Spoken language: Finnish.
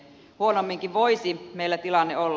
huonomminkin voisi meillä tilanne olla